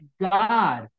God